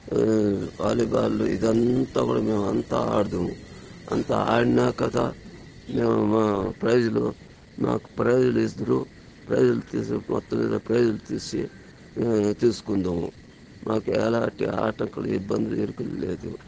volleyball ఇదంతా కూడా మేమంతా ఆడుతాము అంతా ఆడినాక మేము ప్రైజ్లు మాకు ప్రైజ్లు ఇస్తారు ప్రైజ్లు తీసుకపోతే ప్రైజ్లు తీసి తీసుకుందుము మాకు ఎలాంటి ఆటకు ఇబ్బంది ఇరుకు లేదు